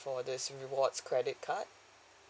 for this rewards credit card